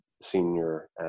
Senior